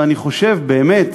אני חושב באמת,